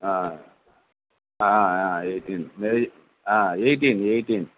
eighteen eighteen eighteen